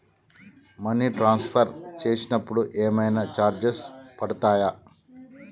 Money transfer చేసినప్పుడు ఏమైనా charges పడతయా?